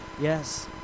Yes